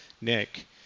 nick